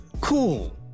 Cool